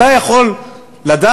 אתה יכול לדעת